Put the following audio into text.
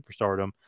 superstardom